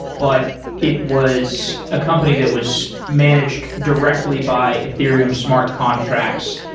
but it was a company that was managed directly by ethereum's smart contracts.